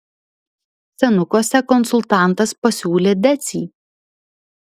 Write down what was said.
senukuose konsultantas pasiūlė decį